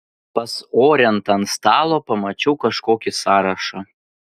pas orentą ant stalo pamačiau kažkokį sąrašą